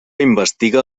investiga